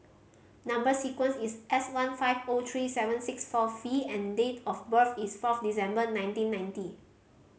number sequence is S one five O three seven six four V and date of birth is fourth December nineteen ninety